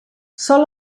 sol